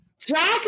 Jack